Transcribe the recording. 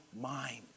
mind